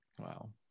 Wow